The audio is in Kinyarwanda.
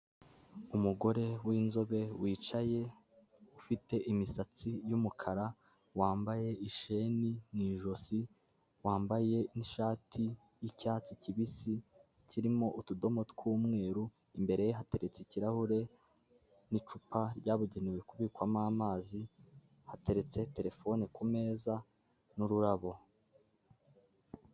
Umugore w'inzobe wicaye ufite imisatsi y'umukara wambaye isheni mu ijosi, wambaye n'ishati y'icyatsi kibisi kirimo utudomo tw'umweru, imbere ye hateretse ikirahure n'icupa ryabugenewe kubikwamo amazi hateretse telefone kumeza n'ururabo.